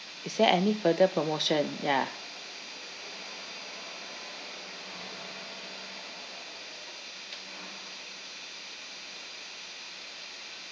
is there any further promotion ya